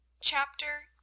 Chapter